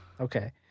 okay